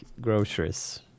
groceries